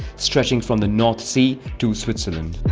stretching from the north sea to switzerland.